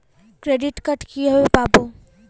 Credit card কিভাবে পাব?